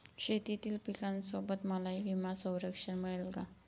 शेतीतील पिकासोबत मलाही विमा संरक्षण मिळेल का?